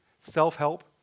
self-help